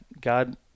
God